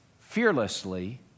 fearlessly